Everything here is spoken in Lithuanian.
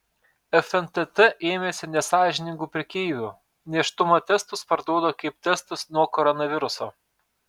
fntt ėmėsi nesąžiningų prekeivių nėštumo testus parduoda kaip testus nuo koronaviruso